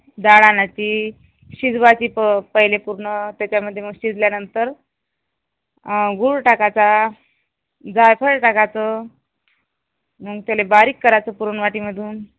डाळ आणायची शिजवायची प पहिले पूर्ण त्याच्यामध्ये मग शिजल्यानंतर गूळ टाकायचा जायफळ टाकायचं मग त्याला बारीक करायचं पुरण वाटीमधून